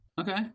okay